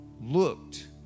looked